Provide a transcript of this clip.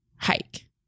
Hike